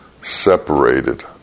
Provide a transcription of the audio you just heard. separated